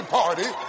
party